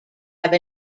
have